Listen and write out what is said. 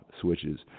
switches